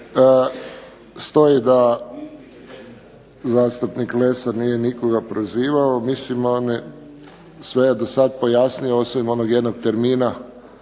Hvala.